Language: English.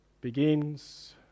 begins